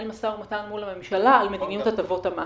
משא ומתן מול הממשלה על מדיניות הטבות המס.